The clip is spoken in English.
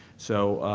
so,